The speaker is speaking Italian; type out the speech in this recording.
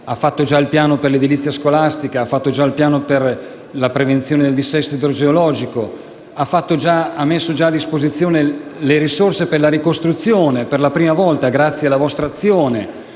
come il piano per l'edilizia scolastica e il piano per la prevenzione del dissesto idrogeologico; inoltre ha già messo a disposizione le risorse per la ricostruzione per la prima volta grazie alla vostra azione